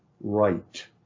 right